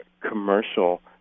commercial